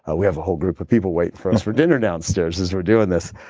ah we have a whole group of people wait for us for dinner downstairs, as we're doing this.